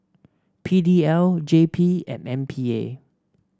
P D L J P and M P A